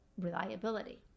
reliability